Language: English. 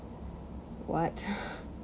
what